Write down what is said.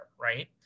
Right